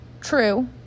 true